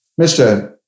Mr